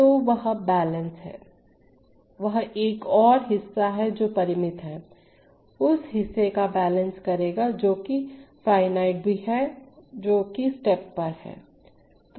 तो वह बैलेंस है वह एक और यह हिस्सा जो परिमित है उस हिस्से को बैलेंस करेगा जो कि फाइनइट भी है जो कि स्टेप पर है